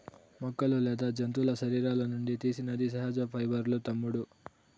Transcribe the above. మొక్కలు లేదా జంతువుల శరీరాల నుండి తీసినది సహజ పైబర్లూ తమ్ముడూ